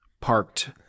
parked